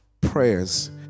prayers